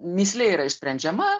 mįslė yra išsprendžiama